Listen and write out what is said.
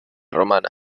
romana